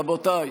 רבותיי,